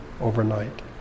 overnight